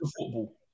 football